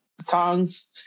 songs